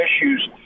issues